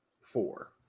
four